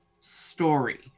story